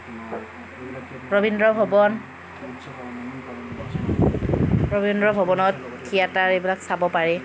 ৰবীন্দ্ৰ ভৱন ৰবীন্দ্ৰ ভৱনত থিয়েটাৰ এইবিলাক চাব পাৰি